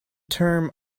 term